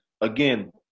again